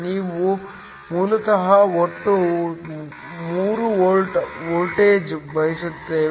ನಾವು ಮೂಲತಃ ಒಟ್ಟು 3 ವೋಲ್ಟ್ ವೋಲ್ಟೇಜ್ ಬಯಸುತ್ತೇವೆ